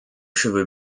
cheveux